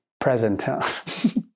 present